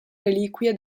reliquie